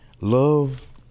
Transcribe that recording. Love